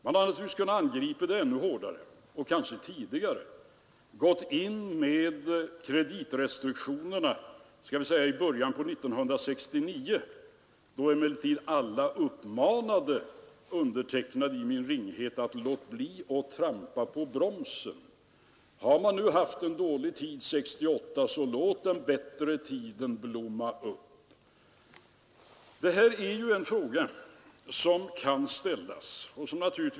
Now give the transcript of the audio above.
Man hade naturligtvis kunnat ingripa ännu hårdare och gå in med kreditrestriktioner tidigare, kanske i början på 1969, då emellertid alla uppmanade mig i min ringhet att låta bli att trampa på bromsen. Har man haft en dålig tid 1968, så låt den bättre tiden blomma upp, sades det.